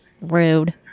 Rude